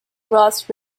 ross